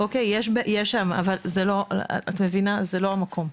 אבל זה לא המקום.